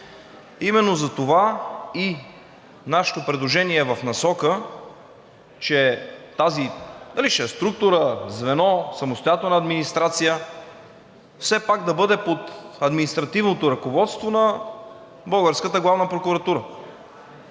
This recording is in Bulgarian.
именно затова и нашето предложение е в насока, че тази – дали ще е структура, звено, самостоятелна администрация, все пак да бъде под административното ръководство на българската Главна прокуратура.